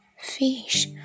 Fish